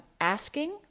asking